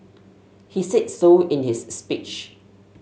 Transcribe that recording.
he said so in his speech